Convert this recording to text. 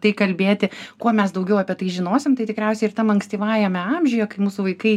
tad tai kalbėti kuo mes daugiau apie tai žinosim tai tikriausiai ir tam ankstyvajame amžiuje kai mūsų vaikai